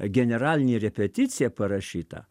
generalinė repeticija parašyta